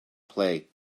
play